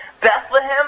Bethlehem